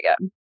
again